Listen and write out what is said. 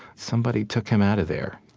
somebody took him out of there.